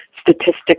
statistics